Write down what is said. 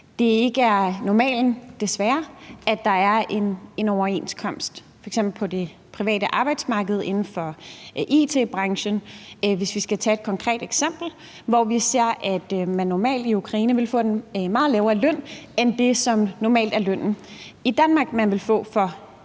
desværre, at der er en overenskomst – f.eks. på det private arbejdsmarked inden for it-branchen, hvis vi skal tage et konkret eksempel, hvor vi ser, at man normalt i Ukraine ville få en meget lavere løn end det, som normalt er lønnen, man i Danmark ville få for